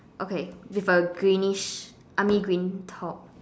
okay with a greenish army green top